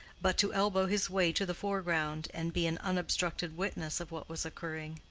but to elbow his way to the foreground and be an unobstructed witness of what was occurring.